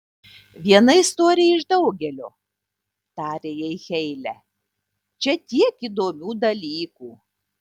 viena istorija iš daugelio tarė jai heile čia tiek įdomių dalykų